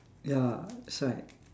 ya that's right